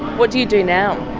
what do you do now?